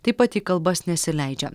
taip pat į kalbas nesileidžia